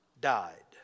died